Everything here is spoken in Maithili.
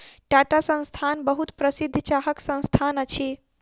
टाटा संस्थान बहुत प्रसिद्ध चाहक संस्थान अछि